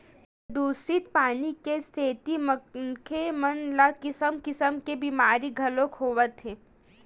परदूसित पानी के सेती मनखे मन ल किसम किसम के बेमारी घलोक होवत हे